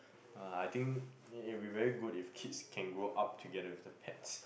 uh I think it'll be very good if kids can grow up together with the pets